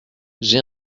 j’ai